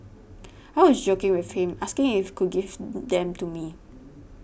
I was joking with him asking if could give them to me